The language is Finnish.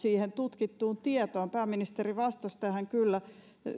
tutkittuun tietoon pääministeri vastasi tähän kyllä eli